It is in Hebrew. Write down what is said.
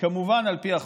וכמובן על פי החוק.